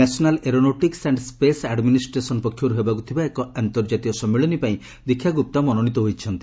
national Aeronautics and Space Administration ପକ୍ଷର୍ ହେବାକ ଥିବା ଏକ ଅନ୍ତର୍କାତୀୟ ସମ୍ମିଳନୀ ପାଇଁ ଦୀକ୍ଷା ଗୁପ୍ତା ମନୋନୀତ ହୋଇଛନ୍ତି